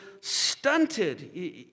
stunted